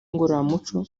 ngororamuco